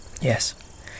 Yes